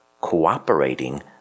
cooperating